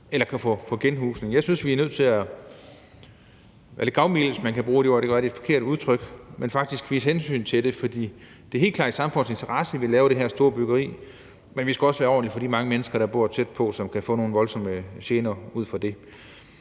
eller kan få genhusning. Jeg synes, vi er nødt til at være lidt gavmilde, hvis man kan bruge det ord – det kan være, det er et forkert udtryk – men så faktisk vise hensyn til det. For det er helt klart i samfundets interesse, at vi laver det her store byggeri, men vi skal også være ordentlige over for de mange mennesker, der bor tæt på, og som kan få nogle voldsomme gener på grund